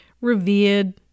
revered